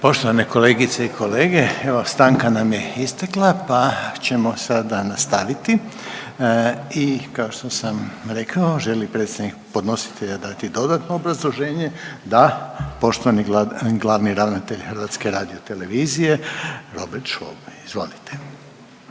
Poštovane kolegice i kolege, evo stanka nam je istekla pa ćemo sada nastaviti i kao što sam rekao, želi li predstavnik podnositelja dati dodatno obrazloženje? Da. Poštovani glavni ravnatelj HRT-a, Robert .../Govornik